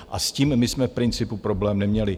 A s tím my jsme v principu problém neměli.